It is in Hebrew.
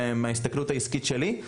מההסתכלות העסקית שלי: